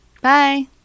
Bye